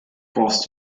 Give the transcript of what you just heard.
brauchst